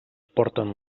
porten